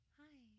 hi